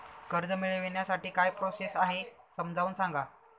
कर्ज मिळविण्यासाठी काय प्रोसेस आहे समजावून सांगा